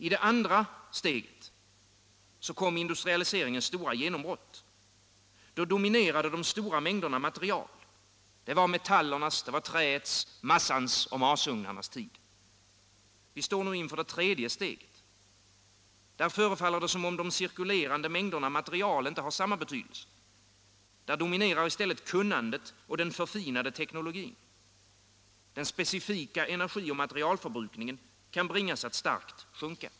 I det andra steget kom industrialiseringens stora genombrott, och då dominerade de stora mängderna material — det var metallernas, träets, massans och masugnarnas tid. Vi står nu inför det tredje steget. Där förefaller det som om de cirkulerande mängderna material inte har samma betydelse. Där dominerar i stället kunnandet och den förfinade teknologin. Den specifika energi och materialförbrukningen kan bringas att starkt sjunka.